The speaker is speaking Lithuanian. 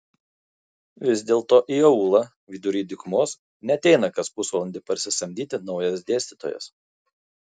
vis dėlto į aūlą vidury dykumos neateina kas pusvalandį parsisamdyti naujas dėstytojas